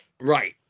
right